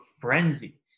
frenzy